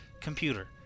Computer